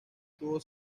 tuvo